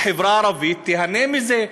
החברה הערבית תיהנה מזה,